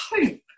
hope